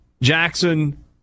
Jackson